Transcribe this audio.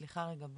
סליחה, רגע.